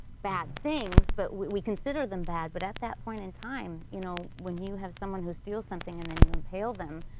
bad things, but we consider them bad, but at this point in time, you know, when you have someone who steals something and then you impale them,